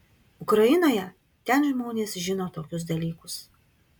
ukrainoje ten žmonės žino tokius dalykus